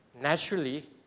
naturally